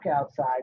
outside